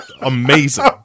amazing